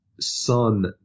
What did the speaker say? Son